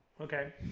okay